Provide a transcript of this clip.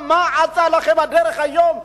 מה אצה לכם הדרך היום,